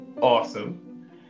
awesome